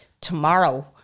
tomorrow